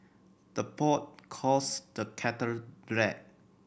the pot calls the kettle black